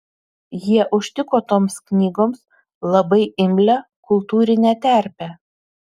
jie užtiko toms knygoms labai imlią kultūrinę terpę